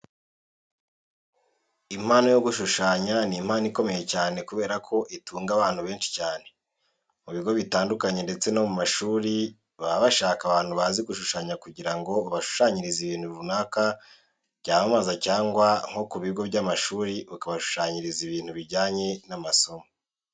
Impano yo gushushanya ni impano ikomeye cyane kubera ko itunga abantu benshi cyane. Mu bigo bitandukanye ndetse no ku mashuri baba bashaka abantu bazi gushushanya kugira ngo babashushanyirize ibintu runaka byamamaza cyangwa nko ku bigo by'amashuri ukabashushanyiriza ibintu bijyanye n'amasomo.